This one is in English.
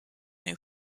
new